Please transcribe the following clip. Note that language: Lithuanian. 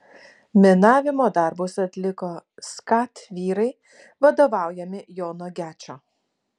minavimo darbus atliko skat vyrai vadovaujami jono gečo